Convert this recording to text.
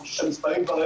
שיושב פה גם